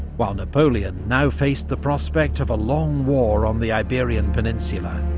while napoleon now faced the prospect of a long war on the iberian peninsula,